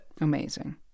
Amazing